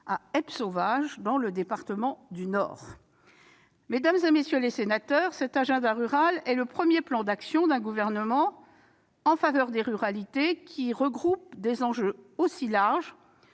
à Eppe-Sauvage, dans le Nord. Mesdames, messieurs les sénateurs, cet agenda rural est le premier plan d'action mené par un gouvernement en faveur des ruralités à regrouper des enjeux aussi larges